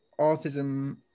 autism